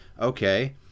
okay